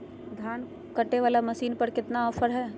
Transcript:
धान कटे बाला मसीन पर कितना ऑफर हाय?